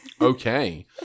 Okay